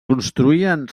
construïen